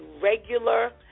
regular